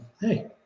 hey